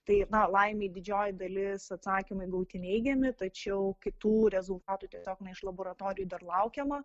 tai na laimei didžioji dalis atsakymai gauti neigiami tačiau kitų rezultatų tiesiog iš laboratorijų dar laukiama